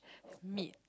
meat